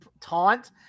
taunt